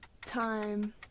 Time